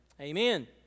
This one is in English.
Amen